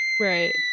right